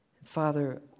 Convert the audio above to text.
Father